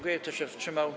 Kto się wstrzymał?